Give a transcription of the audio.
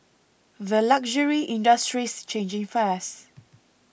the luxury industry's changing fast